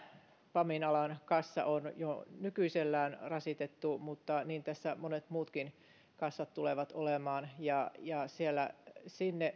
pamin alan kassa on jo nykyisellään rasitettu mutta niin tässä monet muutkin kassat tulevat olemaan ja ja sinne